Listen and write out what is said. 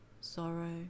sorrow